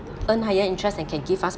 earn higher interest and can give us